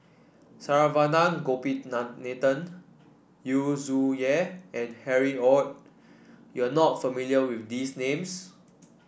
Saravanan Yu Zhuye and Harry Ord you are not familiar with these names